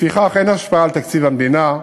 לפיכך, אין השפעה על תקציב המדינה,